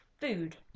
food